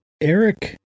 Eric